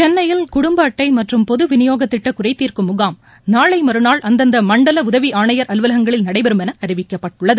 சென்னையில் குடும்பஅட்டைமற்றும் பொதுவிநியோகத் திட்டகுறைதீர்க்கும் முகாம் நாளைமறுநாள் அந்தந்தமண்டலஉதவிஆணையா் அலுவலகங்களில் நடைபெறும் எனஅறிவிக்கப்பட்டுள்ளது